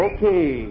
Okay